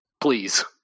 Please